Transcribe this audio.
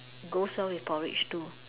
goes well with porridge too